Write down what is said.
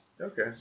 Okay